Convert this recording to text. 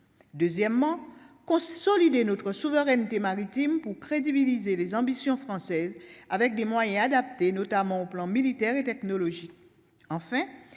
deuxièmement consolider notre souveraineté maritime pour crédibiliser les ambitions françaises avec des moyens adaptés, notamment au plan militaire et technologie,